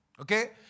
Okay